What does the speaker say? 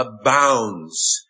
abounds